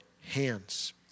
hands